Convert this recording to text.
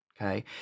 okay